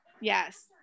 Yes